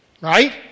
Right